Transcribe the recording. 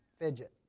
fidget